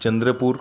Chandrapur